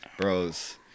bros